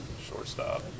shortstop